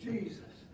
Jesus